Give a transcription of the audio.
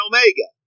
Omega